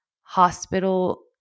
hospital –